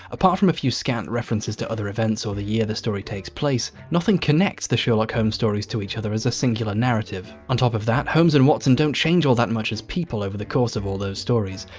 apart from a few scant references to other events or the year the story takes place nothing connects the sherlock holmes stories to each other as a singular narrative. on top of that, holmes and watson don't change all that much as people over the course of all those stories.